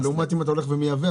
לעומת אם אתה הולך ומייבא.